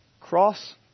Cross